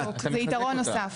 בדיוק, זה יתרון נוסף.